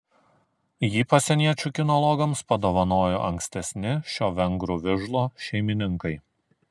jį pasieniečių kinologams padovanojo ankstesni šio vengrų vižlo šeimininkai